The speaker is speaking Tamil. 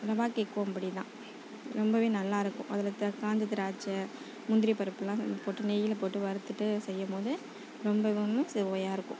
ரவா கேக்கும் அப்படிதான் ரொம்பவே நல்லா இருக்கும் அதில் இப்போ காஞ்ச திராட்சை முந்திரி பருப்புலாம் போட்டு நெய்யில் போட்டு வறுத்துட்டு செய்யம் போது ரொம்பவும் சுவையாக இருக்கும்